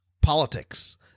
politics